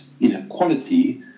inequality